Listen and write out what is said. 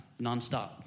nonstop